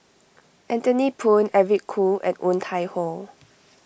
Anthony Poon Eric Khoo and Woon Tai Ho